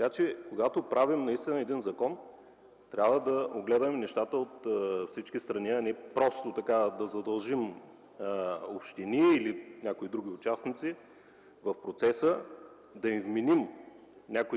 Наистина, когато правим един закон, трябва да огледаме нещата от всички страни, не просто така да задължаваме общини или някои други участници в процеса, да им вменяваме